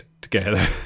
together